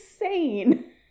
insane